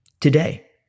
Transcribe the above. Today